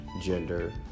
gender